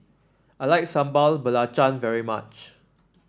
I like Sambal Belacan very much